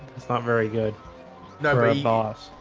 it's not very good never a boss,